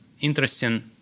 interesting